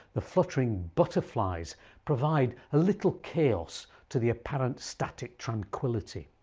the fluttering butterflies provides a little chaos to the apparent static tranquillity.